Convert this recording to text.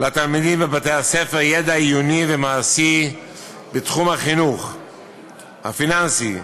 לתלמידים בבתי-הספר ידע עיוני ומעשי בתחום החינוך הפיננסי,